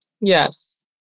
Yes